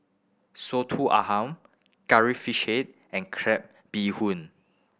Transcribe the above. Soto Ayam Curry Fish Head and crab bee hoon